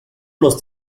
los